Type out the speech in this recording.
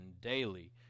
daily